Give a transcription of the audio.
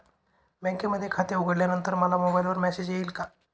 बँकेमध्ये खाते उघडल्यानंतर मला मोबाईलवर मेसेज येईल का?